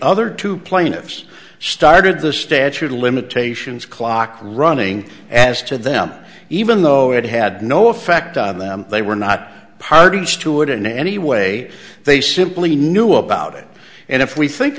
other two plaintiffs started the statute of limitations clock running as to them even though it had no effect on them they were not parties to it in any way they simply knew about it and if we think